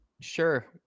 Sure